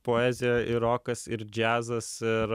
poezija ir rokas ir džiazas ir